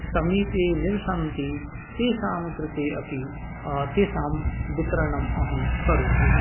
समीपे निवसन्ति तेषां कृते अपि तेषां वितरणम् अहं करोमि